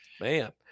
man